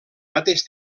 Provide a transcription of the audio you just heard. mateix